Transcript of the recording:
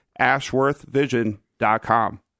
ashworthvision.com